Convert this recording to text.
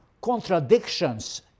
Contradictions